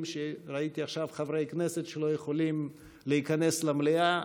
שראיתי עכשיו חברי כנסת שלא יכולים להיכנס למליאה,